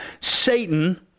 Satan